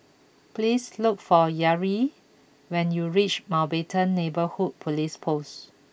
please look for Yareli when you reach Mountbatten Neighbourhood Police Post